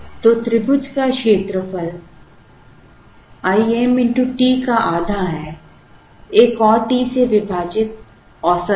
तो त्रिभुज का क्षेत्रफल I m x t का आधा है एक और t से विभाजित औसत है